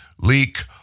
leak